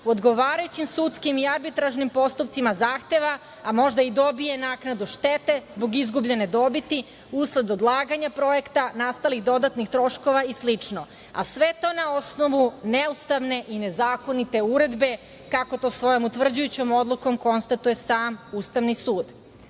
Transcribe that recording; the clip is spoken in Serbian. odgovarajućim sudskim i arbitražnim postupcima, zahteva, a možda i dobije naknadu štete zbog izgubljene dobiti usled odlaganja projekta, nastalih dodatnih troškova i slično, a sve to na osnovu neustavne i nezakonite Uredbe, kako to svojom utvrđujućom konstatuje sam Ustavni